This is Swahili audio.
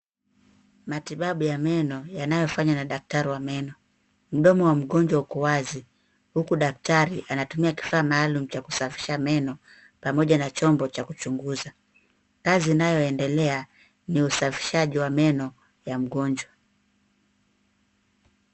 Matibabu ya meno yanayofanywa na daktari wa meno. Mdomo wa mgonjwa uko wazi, huku daktari anatumia kifaa maalum cha kusafisha meno pamoja na chombo cha kuchunguza. Kazi inayoendelea ni ya usafishaji wa meno ya mgonjwa.